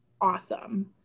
awesome